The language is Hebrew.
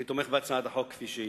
אני תומך בהצעת החוק כפי שהיא.